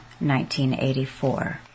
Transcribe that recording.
1984